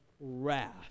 wrath